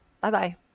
Bye-bye